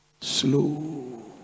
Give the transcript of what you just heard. slow